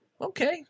Okay